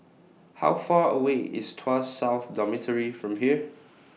How Far away IS Tuas South Dormitory from here